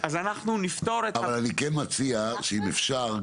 אני כן מציע: אם אפשר,